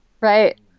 right